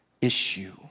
issue